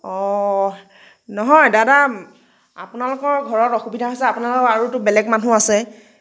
অ' নহয় দাদা আপোনালোকৰ ঘৰত অসুবিধা হৈছে আপোনালোকৰ আৰুতো বেলেগ মানুহ আছে